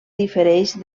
difereix